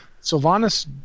Sylvanas